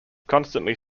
constantly